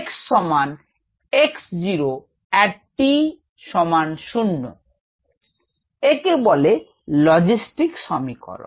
𝑥 𝑥0 𝑎𝑡 𝑡 0 একে বলে Logistic সমীকরণ